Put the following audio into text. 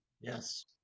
Yes